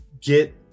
get